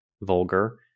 vulgar